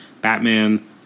Batman